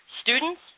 students